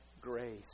grace